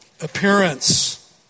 appearance